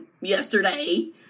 yesterday